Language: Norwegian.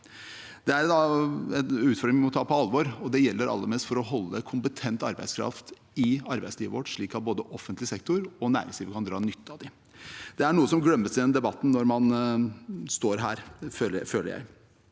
Det er en utfordring vi må ta på alvor, og det gjelder aller mest for å beholde kompetent arbeidskraft i arbeidslivet vårt, slik at både offentlig sektor og næringslivet kan dra nytte av den. Det er noe som glemmes når man står i denne debatten, føler jeg.